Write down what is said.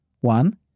One